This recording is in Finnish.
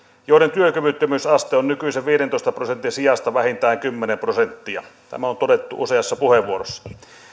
joiden työkyvyttömyysaste on nykyisen viidentoista prosentin sijasta vähintään kymmenen prosenttia tämä on on todettu useassa puheenvuorossa